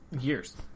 years